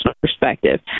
perspective